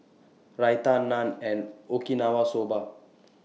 Raita Naan and Okinawa Soba